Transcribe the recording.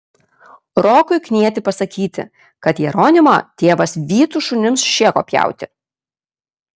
rokui knieti pasakyti kad jeronimą tėvas vytų šunims šėko pjauti